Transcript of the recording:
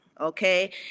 Okay